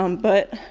um but,